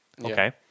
Okay